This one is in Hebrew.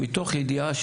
מתוך ידיעה,